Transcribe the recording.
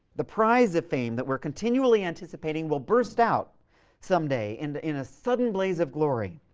the prize of fame that we're continually anticipating will burst out someday and in a sudden blaze of glory.